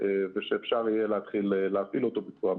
ושאפשר יהיה להתחיל להפעיל אותו בצורה מסודרת.